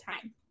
time